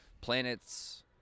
planets